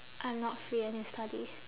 I'm not free I need to study